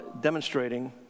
demonstrating